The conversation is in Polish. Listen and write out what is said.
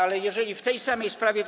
Ale jeżeli w tej samej sprawie, to.